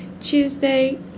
Tuesday